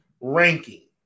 ranking